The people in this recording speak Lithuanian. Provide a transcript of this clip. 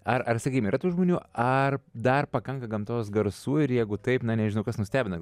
ar ar sakykim yra tų žmonių ar dar pakanka gamtos garsų ir jeigu taip na nežinau kas nustebina